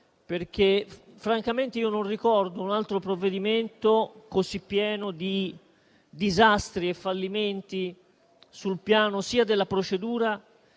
*record*. Francamente non ricordo un altro provvedimento così pieno di disastri e fallimenti sul piano della procedura